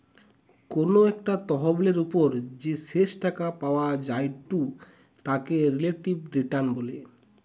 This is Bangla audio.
কোনো একটা তহবিলের ওপর যে শেষ টাকা পাওয়া জায়ঢু তাকে রিলেটিভ রিটার্ন বলে